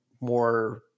more